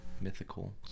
mythical